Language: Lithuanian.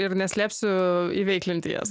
ir neslėpsiu įveiklinti jas